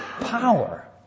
power